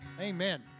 amen